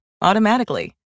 automatically